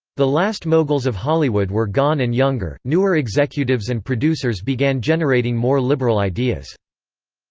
the last moguls of hollywood were gone and younger, newer executives and producers began generating more liberal ideas.